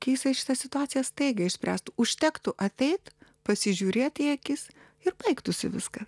gi jisai šitą situaciją staigiai išspręstų užtektų ateit pasižiūrėt į akis ir baigtųsi viską